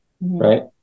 right